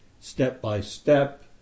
step-by-step